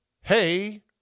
hey